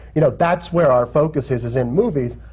you know, that's where our focus is, is in movies,